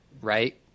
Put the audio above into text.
Right